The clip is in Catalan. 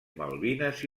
malvines